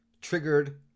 Triggered